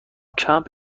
کمپ